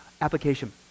application